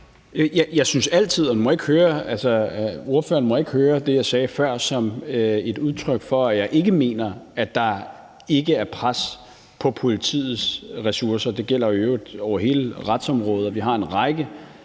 Hummelgaard): Ordføreren må ikke høre det, jeg sagde før, som et udtryk for, at jeg mener, at der ikke er pres på politiets ressourcer. Det gælder i øvrigt på hele retsområdet, at vi har en række